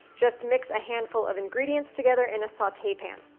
just mix a handful of ingredients together in a saute pan.